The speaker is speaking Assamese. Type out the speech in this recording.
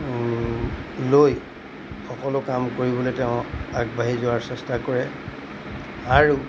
লৈ সকলো কাম কৰিবলৈ তেওঁ আগবাঢ়ি যোৱাৰ চেষ্টা কৰে আৰু